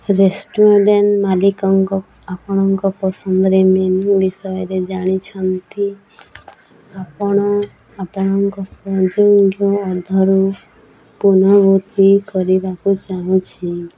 restaurant ମାଲିକଙ୍କ ଆପଣଙ୍କ ପସନ୍ଦରେ ମେନୁ ବିଷୟରେ ଜାଣିଛନ୍ତି ଆପଣ ଆପଣଙ୍କ ସଂଯୋଗ ଅଧରୁ ପୁନଃବୂତ୍ତି କରିବାକୁ ଚାହୁଁଛି